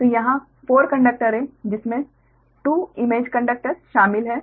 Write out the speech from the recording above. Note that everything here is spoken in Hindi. तो यहां 4 कंडक्टर हैं जिनमें 2 इमेज कंडक्टर शामिल हैं